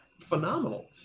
phenomenal